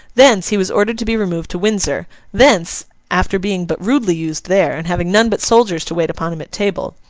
thence, he was ordered to be removed to windsor thence, after being but rudely used there, and having none but soldiers to wait upon him at table,